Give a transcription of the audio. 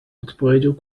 odpowiedział